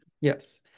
yes